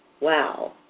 Wow